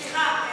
סליחה,